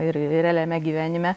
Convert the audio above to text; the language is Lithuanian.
ir realiame gyvenime